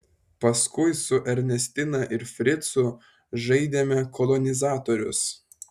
paskui su ernestina ir fricu žaidėme kolonizatorius